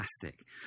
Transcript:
fantastic